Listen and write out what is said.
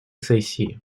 сессии